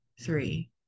three